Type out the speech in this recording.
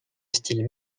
style